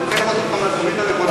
אני רוצה לראות אותך מהזווית הנכונה.